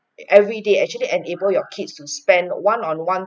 every day actually enable your kids to spend one on one